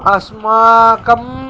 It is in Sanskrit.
अस्माकम्